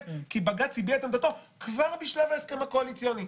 כי בג"ץ הביע את עמדתו כבר בשלב ההסכם הקואליציוני.